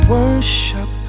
worship